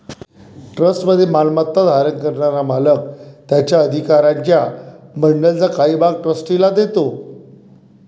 ट्रस्टमध्ये मालमत्ता धारण करणारा मालक त्याच्या अधिकारांच्या बंडलचा काही भाग ट्रस्टीला देतो